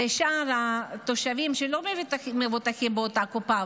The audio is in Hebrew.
ושם תושבים שלא מבוטחים באותה קופה,